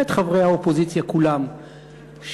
ואת חברי האופוזיציה כולם,